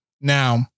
Now